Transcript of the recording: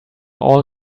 all